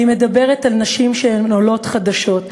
אני מדברת על נשים שהן עולות חדשות.